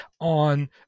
on